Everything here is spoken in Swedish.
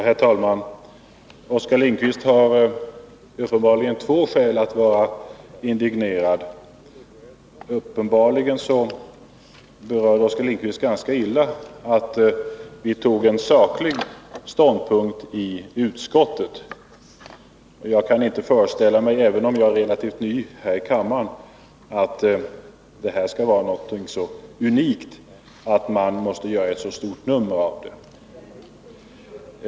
Herr talman! Oskar Lindkvist har uppenbarligen två skäl att vara indignerad. Det berör honom uppenbarligen ganska illa att vi tog en saklig ståndpunkt i utskottet. Jag kan inte föreställa mig — även om jag är relativt ny här i kammaren — att det är någonting så unikt att man måste göra ett stort nummer av det.